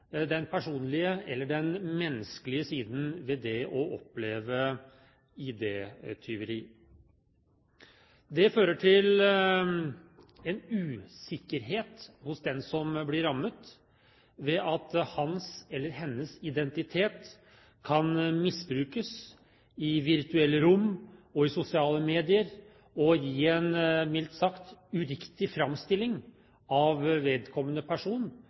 den personlige eller den menneskelige siden ved det å oppleve ID-tyveri. Det fører til en usikkerhet hos den som blir rammet, ved at hans eller hennes identitet kan misbrukes i virtuelle rom og i sosiale medier og gi en mildt sagt uriktig framstilling av vedkommende person,